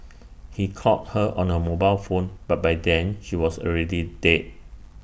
he called her on her mobile phone but by then she was already dead